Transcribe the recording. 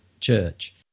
church